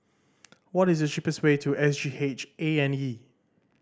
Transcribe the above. what is the cheapest way to S G H A and E